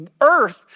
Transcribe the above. earth